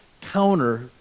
counter